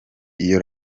iyo